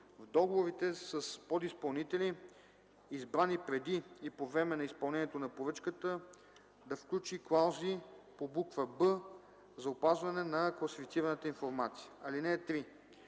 в договорите с подизпълнители, избрани преди и по време на изпълнението на поръчката, да включи клаузи по буква „б” за опазване на класифицираната информация. (3)